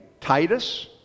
titus